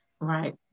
right